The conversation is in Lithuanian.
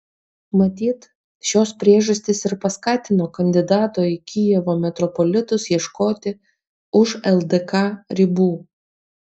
matyt šios priežastys ir paskatino kandidato į kijevo metropolitus ieškoti už ldk ribų